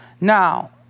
Now